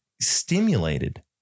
stimulated